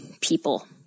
people